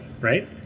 right